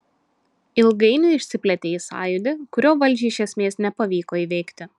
ilgainiui išsiplėtė į sąjūdį kurio valdžiai iš esmės nepavyko įveikti